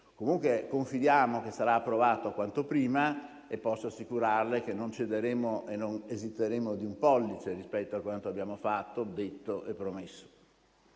comunque che il provvedimento sarà approvato quanto prima e posso assicurarle che non cederemo e non esiteremo di un pollice rispetto a quanto abbiamo fatto, detto e promesso.